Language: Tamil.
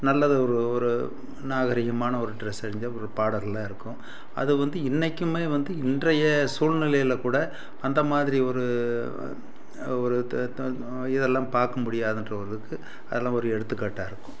நல்லதாக ஒரு ஒரு நாகரிகமான ஒரு ட்ரெஸ் அணிந்த ஒரு பாடல்களாக இருக்கும் அது வந்து இன்றைக்குமே வந்து இன்றைய சூழ்நிலையில கூட அந்த மாதிரி ஒரு ஒரு இதெல்லாம் பார்க்க முடியாதுன்ற ஒரு இதுக்கு அதெல்லாம் ஒரு எடுத்துக்காட்டாக இருக்கும்